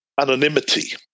anonymity